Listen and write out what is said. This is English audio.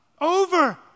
over